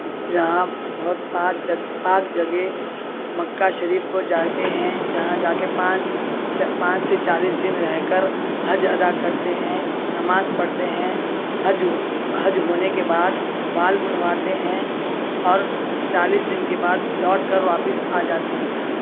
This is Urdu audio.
جہاں بہت پاک پاک جگہ مکّہ شریف کو جاتے ہیں جہاں جا کے پانچ پانچ سے چالیس دِن رہ کر حج ادا کرتے ہیں نماز پڑھتے ہیں حج حج ہونے کے بعد بال منڈواتے ہیں اور چالیس دِن کے بعد لوٹ کر واپس آ جاتے ہیں